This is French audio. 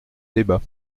débat